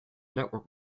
network